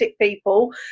people